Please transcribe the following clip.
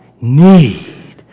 need